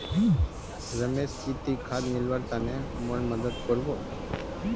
रमेश की ती खाद मिलव्वार तने मोर मदद कर बो